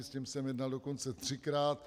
S tím jsem jednal dokonce třikrát.